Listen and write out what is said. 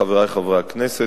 חברי חברי הכנסת,